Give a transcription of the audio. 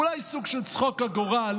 אולי בסוג של צחוק הגורל,